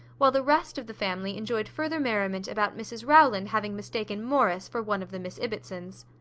while the rest of the family enjoyed further merriment about mrs rowland having mistaken morris for one of the miss ibbotsons.